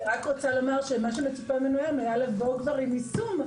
אני רק רוצה לומר שמה שמצופה ממנו היום היה לבוא כבר עם יישום.